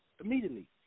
immediately